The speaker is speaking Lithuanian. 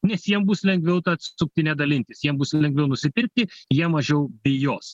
nes jiem bus lengviau ta suktine dalintis jiem bus lengviau nusipirkti jie mažiau bijos